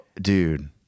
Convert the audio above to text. dude